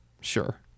Sure